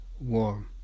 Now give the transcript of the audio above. warm